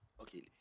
Okay